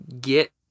get